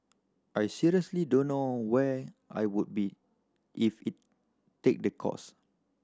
I seriously don't know where I would be if it take the course